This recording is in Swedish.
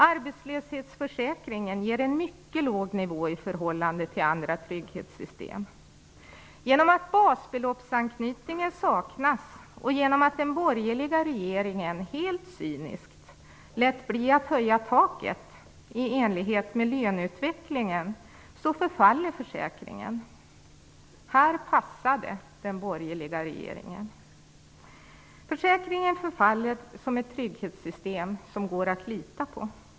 Arbetslöshetsförsäkringen ger en mycket låg ersättningsnivå i förhållande till andra trygghetssystem. Genom att en basbeloppsanknytning saknas och genom att den borgerliga regeringen helt cyniskt lät bli att höja taket i enlighet med löneutvecklingen förfaller försäkringen. Det passar den borgerliga regeringen. Försäkringen förfaller som ett trygghetssystem som går att lita på.